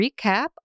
recap